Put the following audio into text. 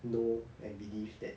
know and believe that